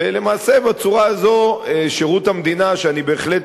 ולמעשה בצורה הזאת שירות המדינה, שאני בהחלט